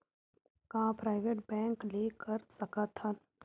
का private bank ले कर सकत हन?